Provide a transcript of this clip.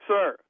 Sir